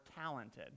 talented